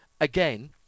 again